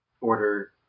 order